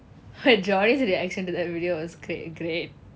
but joy's reaction to that video was cra~ great